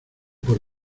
por